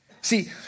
See